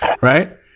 right